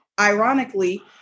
ironically